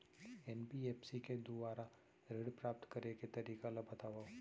NBFC के दुवारा ऋण प्राप्त करे के तरीका ल बतावव?